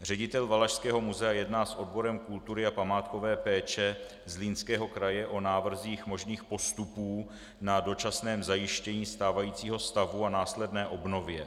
Ředitel Valašského muzea jedná s odborem kultury a památkové péče Zlínského kraje o návrzích možných postupů na dočasném zajištění stávajícího stavu a následné obnově.